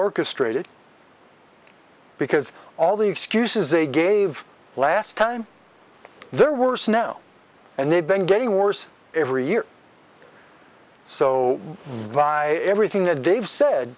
orchestrated because all the excuses they gave last time they're worse now and they've been getting worse every year so vi everything that they've said